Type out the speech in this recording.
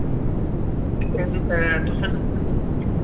तुसैं